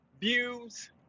views